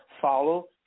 Follow